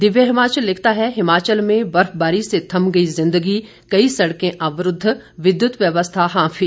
दिव्य हिमाचल लिखता है हिमाचल में बर्फबारी से थम गई जिंदगी कई सड़कें अवरूद्व विद्युत व्यवस्था हांफी